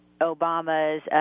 Obama's